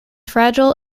fragile